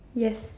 yes